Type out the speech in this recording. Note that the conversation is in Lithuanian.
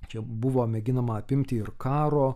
čia buvo mėginama apimti ir karo